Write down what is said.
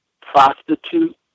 prostitute